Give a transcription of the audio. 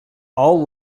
all